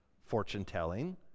fortune-telling